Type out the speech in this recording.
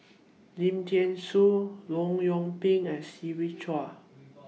Lim Thean Soo Leong Yoon Pin and Siva Choy